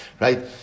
right